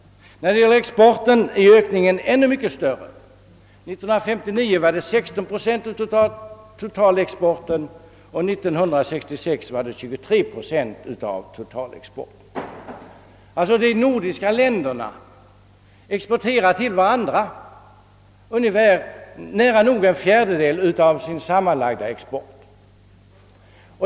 Men i fråga om exporten är ökningen ännu mycket större. 1959 var det 16 procent av totalexporten och 1966 hela 23 procent. De nordiska länderna exporterar till varandra nära nog en fjärdedel av sin sammanlagda export.